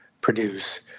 produce